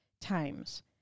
times